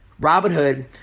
Robinhood